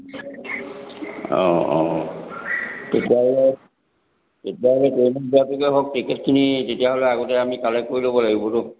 অ' অ' তেতিয়াহ'লে তেতিয়াহ'লে ট্ৰেইনত যোৱাটোকে হওক টিকেটখিনি তেতিয়াহ'লে আগতে আমি কালেক্ট কৰি ল'ব লাগিবটো